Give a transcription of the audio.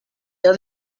the